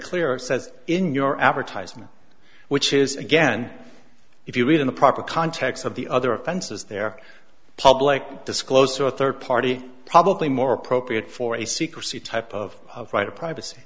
says in your advertisement which is again if you read in the proper context of the other offenses their public disclosed to a third party probably more appropriate for a secrecy type of right to privacy